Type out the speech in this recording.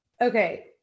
okay